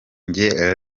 njye